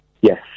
Yes